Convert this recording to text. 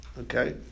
Okay